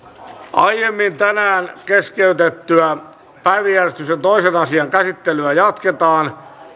aiemmin tänään keskeytettyä päiväjärjestyksen toisen asian käsittelyä jatketaan